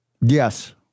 Yes